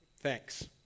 Thanks